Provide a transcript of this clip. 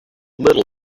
little